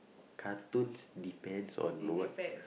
cartoons depends on what